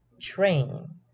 train